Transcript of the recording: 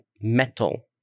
metal